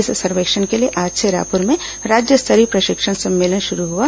इस सर्वेक्षण के लिए आज से रायपुर में राज्य स्तरीय प्रशिक्षण सम्मेलन शुरू हुआ